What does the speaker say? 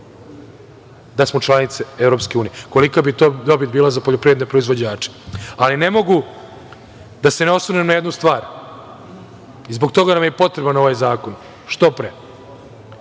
da smo članice EU, kolika bi to dobit bila za poljoprivredne proizvođače. Ne mogu da se ne osvrnem na jednu stvar i zbog toga nam je potreban ovaj zakon što pre.